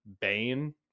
Bane